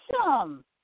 awesome